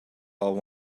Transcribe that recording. while